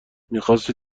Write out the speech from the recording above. میخاستی